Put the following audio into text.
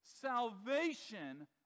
salvation